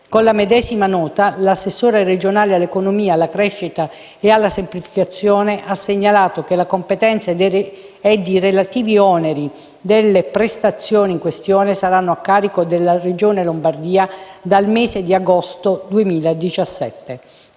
Con la medesima nota, l'assessore regionale all'economia, alla crescita e alla semplificazione ha segnalato che la competenza e i relativi oneri delle prestazioni in questione saranno a carico della Regione Lombardia dal mese di agosto 2017.